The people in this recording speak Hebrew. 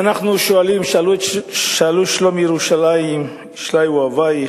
ואנחנו שואלים: שאלו שלום ירושלים ישליו אוהבייך.